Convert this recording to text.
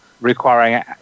requiring